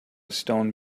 stone